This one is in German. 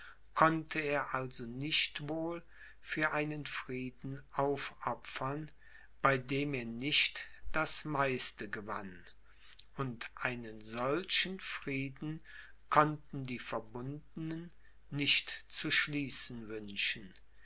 konnte er also nicht wohl für einen frieden aufopfern bei dem er nicht das meiste gewann und einen solchen frieden konnten die verbundenen nicht zu schließen wünschen